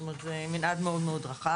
זאת אומרת, זה מנעד מאוד מאוד רחב.